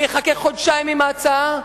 אני אחכה חודשיים עם ההצעה,